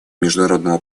международному